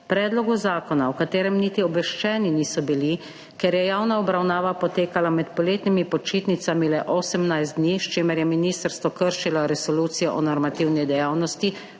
Predlogu zakona, o katerem niti obveščeni niso bili, ker je javna obravnava potekala med poletnimi počitnicami, le 18 dni, s čimer je ministrstvo kršilo resolucijo o normativni dejavnosti,